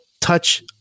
touch